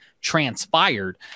transpired